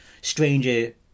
stranger